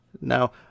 Now